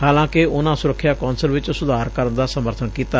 ਹਾਲਾਂਕਿ ਉਨੂਾ ਸੁਰੱਖਿਆ ਕੌਂਸਲ ਚ ਸੁਧਾਰ ਕਰਨ ਦਾ ਸਮਰਥਨ ਕੀਤਾ